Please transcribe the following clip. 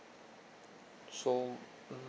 so